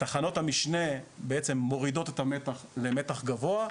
תחנות המשנה בעצם מורידות את המתח למתח גבוה,